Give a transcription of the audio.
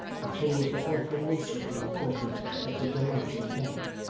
and changed their earthly nature for the qualities that give delight in hell.